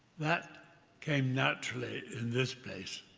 that came naturally in this place.